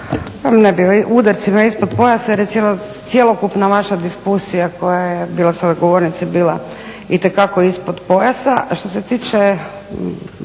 udarcima ispod pojasa, jer je cjelokupna vaša diskusija koja je bila sa ove govornice bila itekako ispod pojasa.